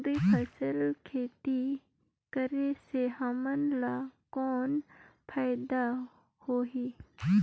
दुई फसली खेती करे से हमन ला कौन फायदा होही?